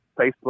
Facebook